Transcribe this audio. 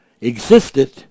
existed